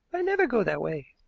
i never go that way.